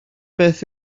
beth